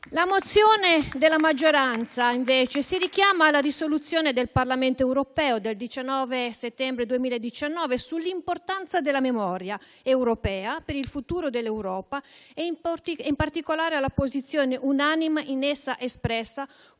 La mozione della maggioranza, invece, si richiama alla risoluzione del Parlamento europeo del 19 settembre 2019 sull'importanza della memoria europea per il futuro dell'Europa e in particolare alla posizione unanime in essa espressa